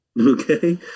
Okay